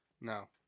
No